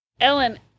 Ellen